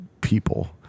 people